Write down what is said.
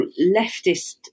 leftist